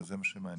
זה מה שמעניין.